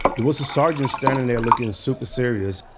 there was a sergeant standing there looking super serious,